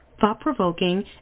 thought-provoking